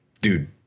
dude